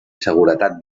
seguretat